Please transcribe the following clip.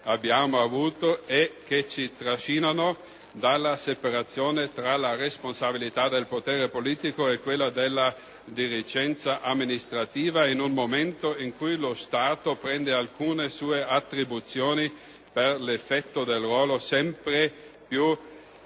abbiamo avuto e che ci trasciniamo, dalla separazione tra la responsabilità del potere politico e quella della dirigenza amministrativa, in un momento in cui lo Stato perde alcune sue attribuzioni per effetto del ruolo sempre più